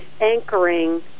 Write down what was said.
anchoring